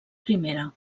primera